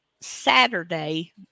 Saturday